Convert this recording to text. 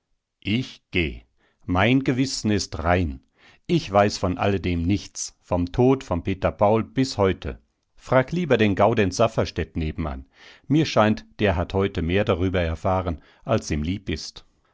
ich geh mein gewissen ist rein ich weiß von alledem nichts vom tod vom peter paul bis heute frag lieber den gaudenz safferstätt nebenan mir scheint der hat heute mehr darüber erfahren als ihm lieb ist